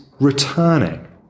returning